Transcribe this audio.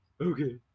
Okay